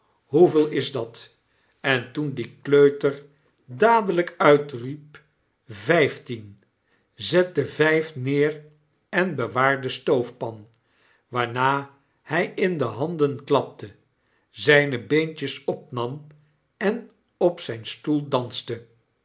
hoeveel is dat en toen die kleuter dadelyk uitriep vyftien zet de vijf neer en bewaar de stoofpan waarna hy in de handen klapte zyne beentjes opnam en op zyn stoel danste